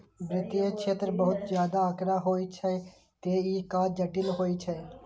वित्तीय क्षेत्र मे बहुत ज्यादा आंकड़ा होइ छै, तें ई काज जटिल होइ छै